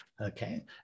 Okay